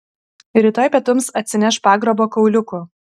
rytoj pietums atsineš pagrabo kauliukų